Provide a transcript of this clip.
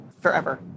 forever